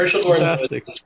fantastic